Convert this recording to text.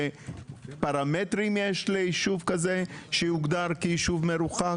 פרמטרים יש ליישוב כזה שיוגדר כיישוב מרוחק?